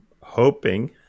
hoping